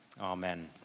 Amen